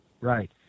Right